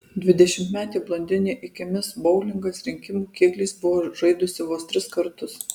dvidešimtmetė blondinė iki mis boulingas rinkimų kėgliais buvo žaidusi vos tris kartus